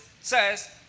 says